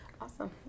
Awesome